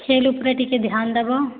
ଖେଲ୍ ଉପରେ ଟିକେ ଧ୍ୟାନ୍ ଦେବ